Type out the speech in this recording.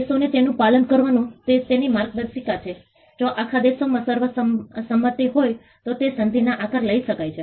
દેશોએ તેનું પાલન કરવાનું તે તેની માર્ગદર્શિકા છે જો આખા દેશોમાં સર્વસંમતિ હોય તો તે સંધિનો આકાર લઈ શકાય છે